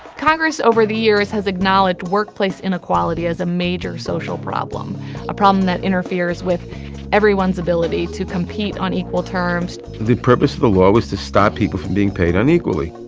congress over the years has acknowledged workplace inequality as a major social problem a problem that interferes with everyone's ability to compete on equal terms. the purpose of the law was to stop people from being paid unequally.